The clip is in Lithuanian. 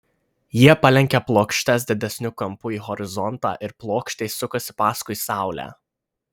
jie palenkia plokštes didesniu kampu į horizontą ir plokštės sukasi paskui saulę